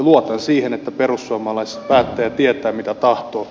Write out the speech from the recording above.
luotan siihen että perussuomalainen päättäjä tietää mitä tahtoo